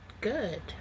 good